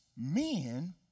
men